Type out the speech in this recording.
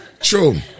True